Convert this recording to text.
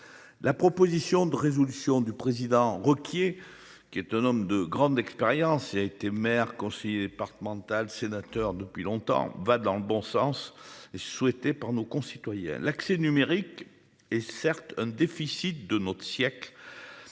La proposition de résolution du président. Ruquier qui est un homme de grande expérience a été maire, conseiller départemental sénateur depuis longtemps va dans le bon sens. Souhaité par nos concitoyens l'accès numérique est certes un déficit de notre siècle.